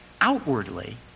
Outwardly